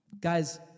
Guys